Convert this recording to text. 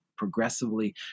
progressively